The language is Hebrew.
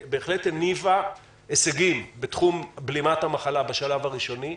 שהניבה הישגים בבלימת המחלה בשלב הראשוני,